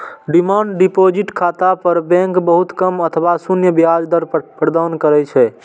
demand deposit खाता पर bank बहुत कम अथवा शून्य ब्याज दर प्रदान करै छै